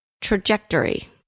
Trajectory